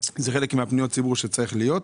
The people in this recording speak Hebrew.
זה חלק מפניות הציבור שצריך להיות.